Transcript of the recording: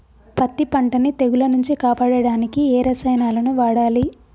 పత్తి పంటని తెగుల నుంచి కాపాడడానికి ఏ రసాయనాలను వాడాలి?